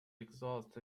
exhaust